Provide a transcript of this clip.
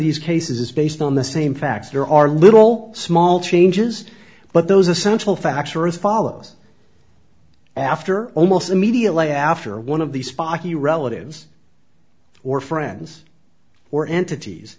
these cases is based on the same facts there are little small changes but those essential facts are as follows after almost immediately after one of these pocky relatives or friends or entities